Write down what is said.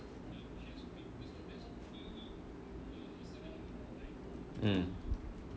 mm